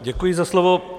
Děkuji za slovo.